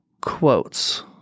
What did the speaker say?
quotes